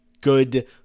good